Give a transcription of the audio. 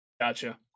Gotcha